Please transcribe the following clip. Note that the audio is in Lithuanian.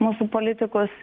mūsų politikus